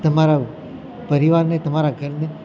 તમારા પરિવારને તમારા ઘરને